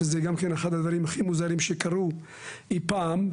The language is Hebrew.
שזה גם כן אחד הדברים הכי מוזרים שקרו אי פעם,